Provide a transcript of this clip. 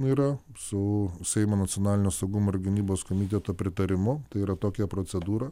yra su seimo nacionalinio saugumo ir gynybos komiteto pritarimu tai yra tokia procedūra